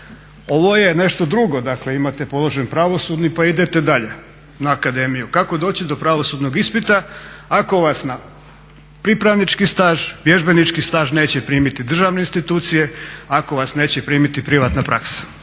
Ovo je nešto drugo. Dakle, imate položen pravosudni pa idete dalje na akademiju. Kako doći do pravosudnog ispita ako vas na pripravnički staž, vježbenički staž neće primiti državne institucije, ako vas neće primiti privatna praksa